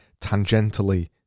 tangentially